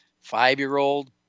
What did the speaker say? Five-year-old